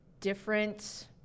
different –